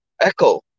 echo